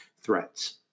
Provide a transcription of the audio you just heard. threats